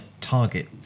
target